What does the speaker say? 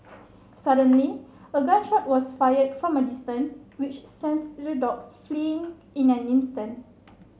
suddenly a gun shot was fired from a distance which sent the dogs fleeing in an instant